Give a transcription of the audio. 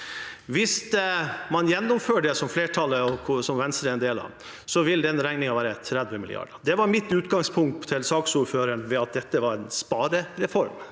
Hvis man gjennomfører det som flertallet ønsker, og som Venstre er del av, vil den regningen være på 30 mrd. kr. Det var mitt utgangspunkt til saksordføreren, ved at dette er en sparereform